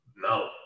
No